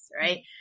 right